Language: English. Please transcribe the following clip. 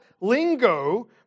lingo